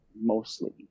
mostly